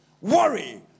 Worry